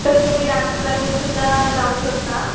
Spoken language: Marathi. तर तुम्ही डान्स क्लासेससुद्धा लावू शकता